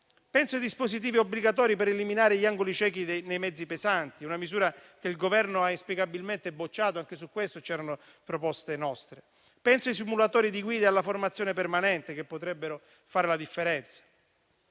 Penso a dispositivi obbligatori per eliminare gli angoli ciechi nei mezzi pesanti; una misura che il Governo ha inspiegabilmente bocciato e su cui avevamo presentato delle proposte. Penso ai simulatori di guida e alla formazione permanente, che potrebbero fare la differenza.